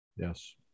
Yes